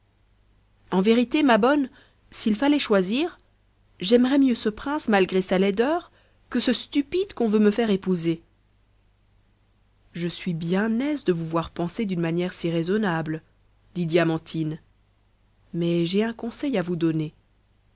en vérité ma bonne s'il fallait choisir j'aimerais mieux ce prince malgré sa laideur que ce stupide qu'on veut me faire épouser je suis bien aise de vous voir penser d'une manière si raisonnable dit diamantine mais j'ai un conseil à vous donner